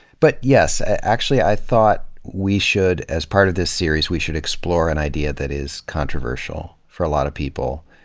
but, yes, actually i thought we should as part of this series, we should explore an idea that is controversial for a lot of people,